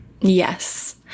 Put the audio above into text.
Yes